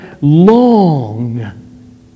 long